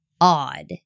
odd